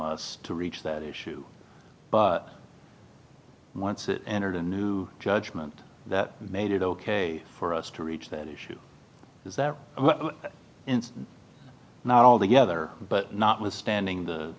us to reach that issue but once it entered a new judgment that made it ok for us to reach that issue is that not all together but notwithstanding the